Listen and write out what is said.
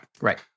Right